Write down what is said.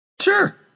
Sure